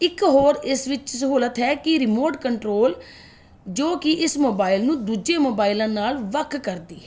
ਇੱਕ ਹੋਰ ਇਸ ਵਿੱਚ ਸਹੂਲਤ ਹੈ ਕਿ ਰਿਮੋਰਟ ਕੰਟਰੋਲ ਜੋ ਕਿ ਇਸ ਮੋਬਾਈਲ ਨੂੰ ਦੂਜੇ ਮੋਬਾਈਲਾਂ ਨਾਲ ਵੱਖ ਕਰਦੀ ਹੈ